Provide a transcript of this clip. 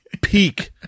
peak